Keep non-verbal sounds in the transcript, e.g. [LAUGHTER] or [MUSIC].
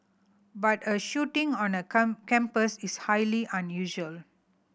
but a shooting on a [UNINTELLIGIBLE] campus is highly unusual